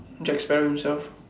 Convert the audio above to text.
Jack Sparrow himself